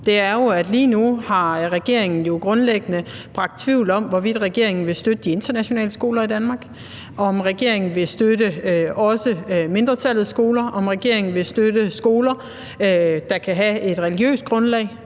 lige nu grundlæggende har skabt tvivl om, hvorvidt regeringen vil støtte de internationale skoler i Danmark; om regeringen vil støtte også mindretallets skoler; om regeringen vil støtte skoler, der kan have et religiøst grundlag.